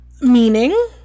meaning